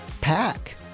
pack